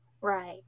Right